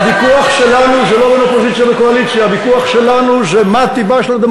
הוויכוח שלנו הוא לא בין אופוזיציה לקואליציה.